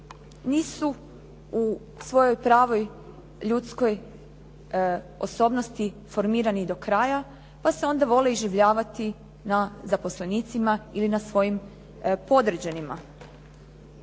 nisu u svojoj pravoj ljudskoj osobnosti firmirani do kraja pa se onda vole iživljavati na zaposlenicima ili na svojim podređenima.